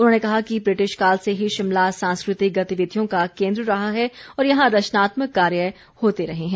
उन्होंने कहा कि ब्रिटिश काल से ही शिमला सांस्कृतिक गतिविधियों का केन्द्र रहा है और यहां रचनात्मक कार्य होते रहे हैं